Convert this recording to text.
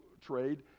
trade